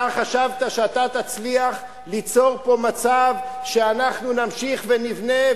אתה חשבת שאתה תצליח ליצור פה מצב שאנחנו נמשיך ונבנה,